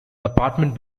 apartment